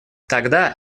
тогда